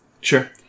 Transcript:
Sure